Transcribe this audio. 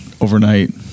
overnight